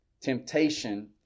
temptation